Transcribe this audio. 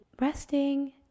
resting